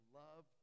love